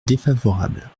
défavorable